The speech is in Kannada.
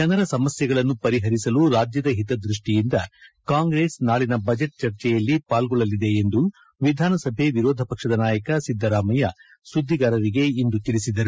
ಜನರ ಸಮಸ್ಯೆಗಳನ್ನು ಪರಿಹರಿಸಲು ರಾಜ್ಯದ ಹಿತದೃಷ್ಟಿಯಿಂದ ಕಾಂಗ್ರೆಸ್ ನಾಳಿನ ಬಜೆಟ್ ಚರ್ಚೆಯಲ್ಲಿ ಪಾಲ್ಗೊಳ್ಳಲಿದೆ ಎಂದು ವಿಧಾನಸಭೆ ವಿರೋಧ ಪಕ್ಷದ ನಾಯಕ ಸಿದ್ದರಾಮಯ್ಯ ಸುದ್ದಿಗಾರರಿಗೆ ಇಂದು ತಿಳಿಸಿದರು